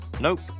Nope